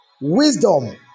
wisdom